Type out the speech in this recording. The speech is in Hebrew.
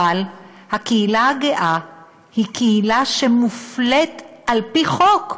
אבל הקהילה הגאה היא קהילה שמופלית על-פי חוק.